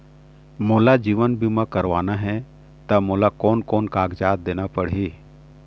मोला जीवन बीमा करवाना हे ता मोला कोन कोन कागजात देना पड़ही?